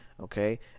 okay